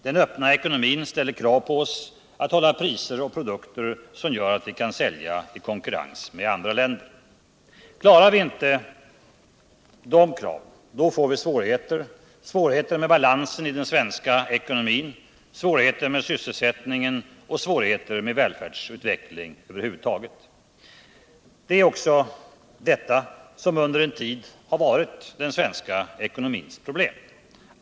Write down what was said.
Den öppna ekonomin ställer krav på oss att hålla priser och produkter som gör att vi kan sälja i konkurrens med andra länder. Klarar vi inte av de kraven får vi svårigheter med balansen i den svenska ekonomin, med sysselsättning och välfärdsutveckling över huvud taget. Det är också detta som under en tid har varit den svenska ekonomins problem.